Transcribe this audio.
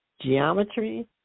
geometry